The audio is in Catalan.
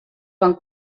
van